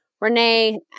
Renee